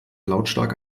lautstark